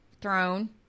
thrown